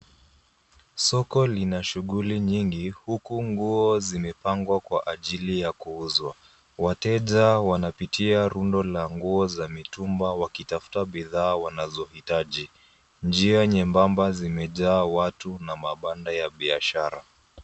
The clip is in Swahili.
Soko lina shuguli nyingi huku nguo zimepangwa kwa ajili ya kuuzwa. Wateja wanapitia rundo la nguo za mitumba wakitafuta bidhaa wanazohitaji. Njia nyembamba zimejaa watu na mabanda ya biashara.